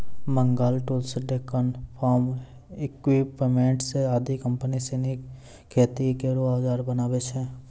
Bengal tools, Deccan farm equipments आदि company सिनी खेती केरो औजार बनावै छै